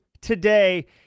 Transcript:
today